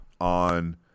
on